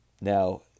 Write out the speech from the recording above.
Now